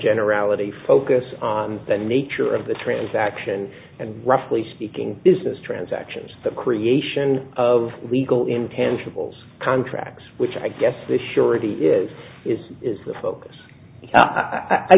generality focus on the nature of the transaction and roughly speaking business transactions the creation of legal intangibles contracts which i guess the surety is is the focus i